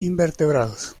invertebrados